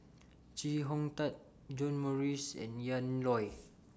Chee Hong Tat John Morrice and Ian Loy